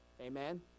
amen